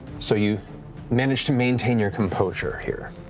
so you manage to maintain your composure here.